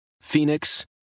Phoenix